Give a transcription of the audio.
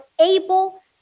able